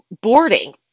boarding